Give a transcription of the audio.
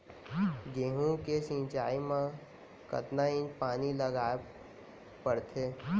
गेहूँ के सिंचाई मा कतना इंच पानी लगाए पड़थे?